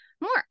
more